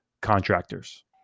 contractors